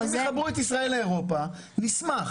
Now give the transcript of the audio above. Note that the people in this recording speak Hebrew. אם יחברו את ישראל לאירופה, נשמח.